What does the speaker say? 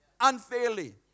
unfairly